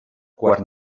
quart